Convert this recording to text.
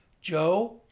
Joe